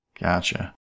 Gotcha